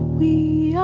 we